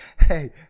Hey